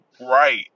right